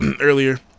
earlier